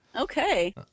Okay